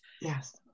yes